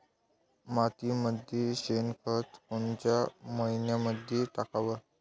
मातीमंदी शेणखत कोनच्या मइन्यामंधी टाकाव?